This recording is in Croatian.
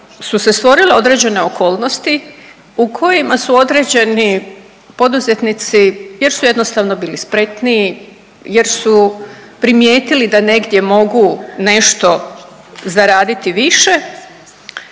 su se stvorile određene okolnosti u kojima su određeni poduzetnici jer su jednostavno bili spretniji, jer su primijetili da negdje mogu nešto zaraditi više